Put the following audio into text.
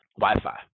Wi-Fi